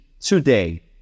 today